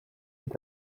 est